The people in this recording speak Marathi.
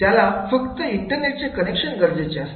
त्याला फक्त इंटरनेटचे कनेक्शन गरजेचे असते